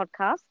podcast